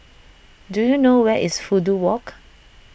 do you know where is Fudu Walk